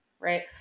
right